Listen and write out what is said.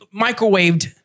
Microwaved